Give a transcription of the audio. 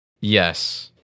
Yes